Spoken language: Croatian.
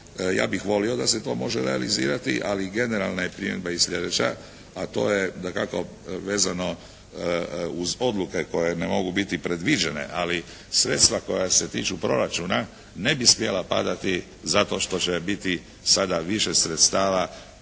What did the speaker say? Ja bih volio da se to može realizirati, ali generalna je primjedba sljedeća, a to je dakako vezano uz odluke koje ne mogu biti predviđene, ali sredstva koja se tiču proračuna ne bi smjela padati zato što će biti sada više sredstava